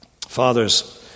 Father's